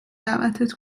دعوتت